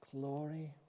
glory